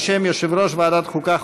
בשם יושב-ראש ועדת החוקה,